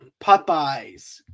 Popeyes